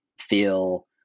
feel